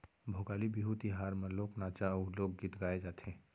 भोगाली बिहू तिहार म लोक नाचा अउ लोकगीत गाए जाथे